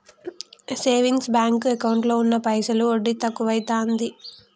saving bank ఎకౌంటులో ఉన్న పైసలు వడ్డి తక్కువైతాంది